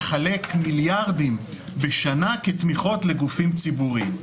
לחלק מיליארדים בשנה כתמיכות לגופים ציבוריים.